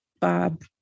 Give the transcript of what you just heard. Bob